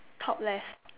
top left